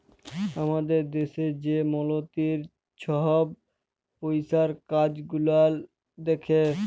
আমাদের দ্যাশে যে মলতিরি ছহব পইসার কাজ গুলাল দ্যাখে